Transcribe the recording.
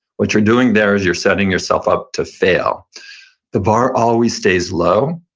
what you're doing there is you're setting yourself up to fail the bar always stays low,